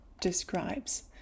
describes